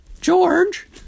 george